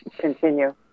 continue